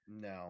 No